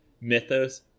mythos